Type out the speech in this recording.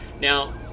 Now